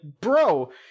bro